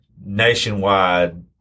nationwide